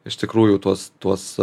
iš tikrųjų tuos tuos